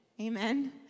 Amen